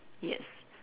yes